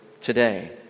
today